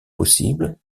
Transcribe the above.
possible